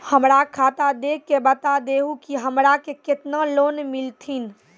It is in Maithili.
हमरा खाता देख के बता देहु के हमरा के केतना लोन मिलथिन?